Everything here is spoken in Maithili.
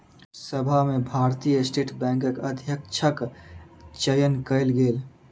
सभा में भारतीय स्टेट बैंकक अध्यक्षक चयन कयल गेल